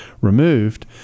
removed